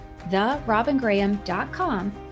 therobingraham.com